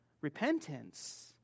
repentance